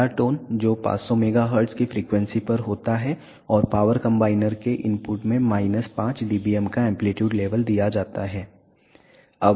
पहला टोन जो 500 MHz की फ्रीक्वेंसी पर होता है और पावर कॉम्बिनर के इनपुट में माइनस 5 dBm का एंप्लीट्यूड लेवल दिया जाता है